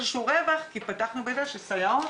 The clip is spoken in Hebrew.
כמנהל בית ספר לשעבר,